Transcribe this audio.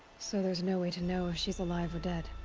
so there's no way to know if she's alive or dead?